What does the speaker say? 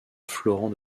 florent